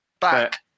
Back